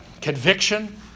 conviction